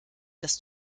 das